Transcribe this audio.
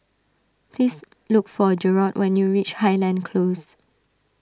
please look for Jerrod when you reach Highland Close